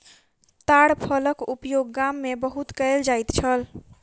ताड़ फलक उपयोग गाम में बहुत कयल जाइत छल